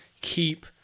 Keep